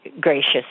gracious